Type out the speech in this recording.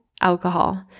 alcohol